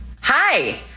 Hi